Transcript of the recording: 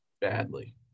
Badly